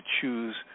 choose